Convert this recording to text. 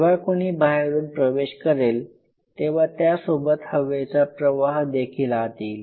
जेव्हा कुणी बाहेरून प्रवेश करेल तेव्हा त्यासोबत हवेचा प्रवाह देखील आत येईल